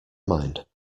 mind